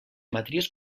matrius